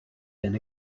been